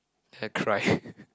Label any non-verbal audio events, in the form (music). then I cry (laughs)